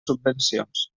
subvencions